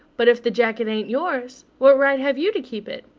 but if the jacket ain't yours, what right have you to keep it?